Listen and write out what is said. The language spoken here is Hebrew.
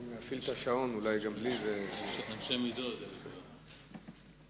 תחילה אני רוצה להתייחס לדברים שנאמרו פה על מורנו ורבנו,